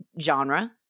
genre